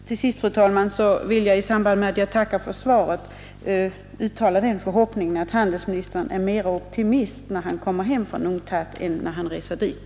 Till sist, fru talman, vill jag i samband med att jag än en gång tackar för svaret uttala den förhoppningen att handelsministern kommer att vara större optimist när han kommer hem från UNCTAD än när han reser dit.